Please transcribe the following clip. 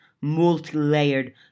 multi-layered